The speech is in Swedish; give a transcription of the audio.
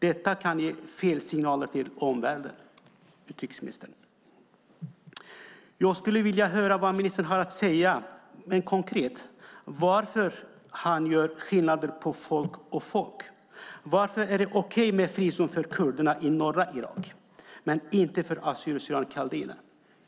Detta kan ge fel signaler till omvärlden, utrikesministern. Jag skulle vilja höra vad ministern har att säga mer konkret om varför han gör skillnad på folk och folk. Varför är det okej med en frizon för kurderna i norra Irak men inte för assyrier kaldéer?